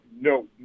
no